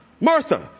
Martha